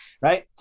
right